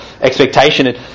expectation